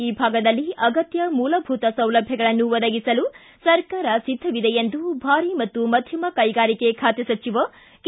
ಈ ಭಾಗದಲ್ಲಿ ಅಗತ್ಯ ಮೂಲಭೂತ ಸೌಲಭ್ಧಗಳನ್ನು ಒದಗಿಸಲು ಸರ್ಕಾರ ಸಿದ್ಧವಿದೆ ಎಂದು ಭಾರಿ ಮತ್ತು ಮಧ್ಯಮ ಕೈಗಾರಿಕೆ ಖಾತೆ ಸಚಿವ ಕೆ